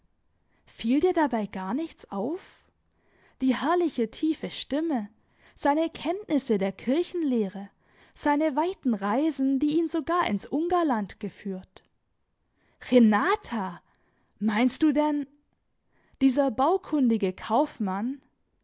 fiel dir dabei gar nichts auf die herrliche tiefe stimme seine kenntnisse der kirchenlehre seine weiten reisen die ihn sogar ins ungarland geführt renata meinst du denn dieser baukundige kaufmann